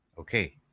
Okay